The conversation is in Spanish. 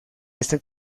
este